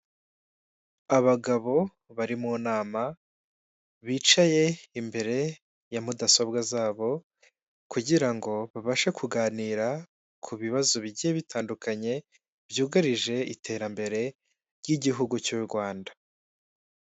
Abagabo bari mu nama, bicaye imbere ya mudasobwa zabo kugira ngo babashe kuganira ku bibazo bigiye bitandukanye byugarije iterambere ry'igihugu cy'u Rwanda.